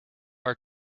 our